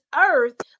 earth